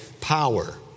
Power